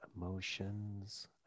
emotions